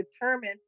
determine